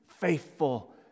faithful